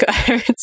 cards